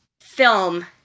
film